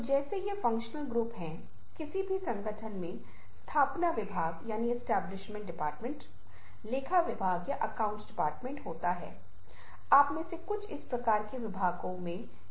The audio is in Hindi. तो आप एक नारंगी सर्कल देखते हैं और केवल सूर्य शब्द वहां दिखाई देता है आप इसका अर्थ बनाते हैं और आप इसे एक विशेष तरीके से संबंधित करते हैं